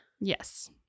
Yes